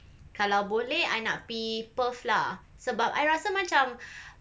kalau boleh I nak gi perth lah sebab I rasa macam